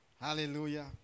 Hallelujah